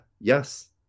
yes